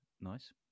nice